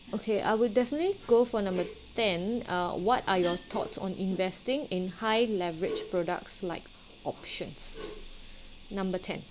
okay I will definitely go for number ten uh what are your thoughts on investing in high leverage products like options number ten